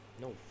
no